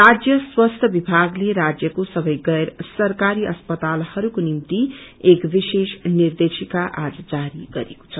राज्य स्वास्थ्य विभागले राज्यको सबै गैर सरकारी अस्पतालहरूको निम्ति एक विशेष निर्देशिका आज जारी गरेको छ